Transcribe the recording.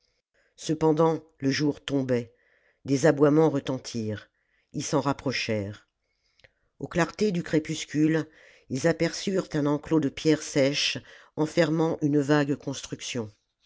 cependant le jour tombait des aboiements retentirent ils s'en rapprochèrent aux clartés du crépuscule ils aperçurent un enclos de pierres sèches enfermant une vague construction